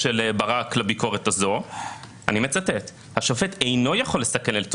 כלומר השופטים אינם בוחרים